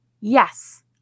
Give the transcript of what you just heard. Yes